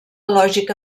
lògica